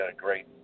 great